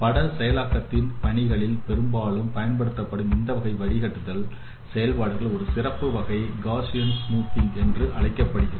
பட செயலாக்கத்தின் பணிகளில் பெரும்பாலும் பயன்படுத்தப்படும் இந்த வகை வடிகட்டுதல் இன் செயல்பாடுகள் ஒரு சிறப்பு வகை காஸியன் மென்மையானது என்று அழைக்கப்படுகிறது